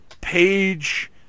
page